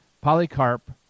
Polycarp